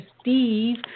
steve